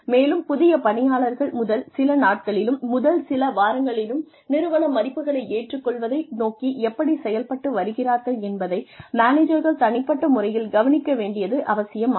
மேலும் புதிய பணியாளர்கள் முதல் சில நாட்களிலும் முதல் சில வாரங்களிலும் நிறுவன மதிப்புகளை ஏற்றுக் கொள்வதை நோக்கி எப்படிச் செயல்பட்டு வருகிறார்கள் என்பதை மேனேஜர்கள் தனிப்பட்ட முறையில் கவனிக்க வேண்டியது அவசியமாகும்